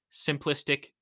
simplistic